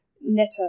Netta